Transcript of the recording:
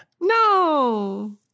No